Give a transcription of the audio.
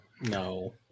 no